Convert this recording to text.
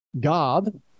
God